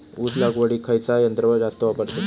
ऊस लावडीक खयचा यंत्र जास्त वापरतत?